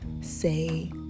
Say